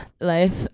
life